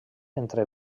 entre